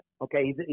okay